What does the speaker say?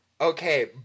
okay